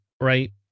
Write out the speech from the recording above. right